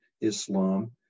Islam